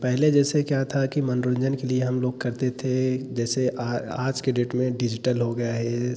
पहले जैसे क्या था कि मनोरंजन कि लिए हम लोग करते थे जैसे आ आज के डेट में डिजिटल हो गया है